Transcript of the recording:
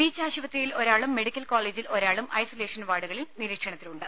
beach ആശുപത്രിയിൽ ഒരാളും medical കോളേജിൽ ഒരാളും ഐസൊലേഷൻ വാർഡുകളിൽ നിരീക്ഷണത്തിലുണ്ട്